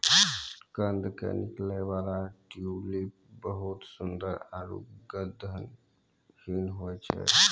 कंद के निकलै वाला ट्यूलिप बहुत सुंदर आरो गंधहीन होय छै